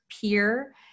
peer